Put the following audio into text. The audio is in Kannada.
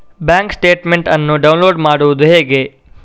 ಬ್ಯಾಂಕ್ ಸ್ಟೇಟ್ಮೆಂಟ್ ಅನ್ನು ಡೌನ್ಲೋಡ್ ಮಾಡುವುದು ಹೇಗೆ?